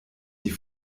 die